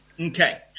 Okay